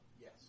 Yes